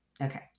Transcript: Okay